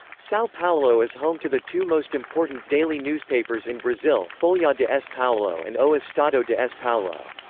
sao paulo is home to the two most important daily newspapers in brazil, folha de s paulo and o estado de s. paulo.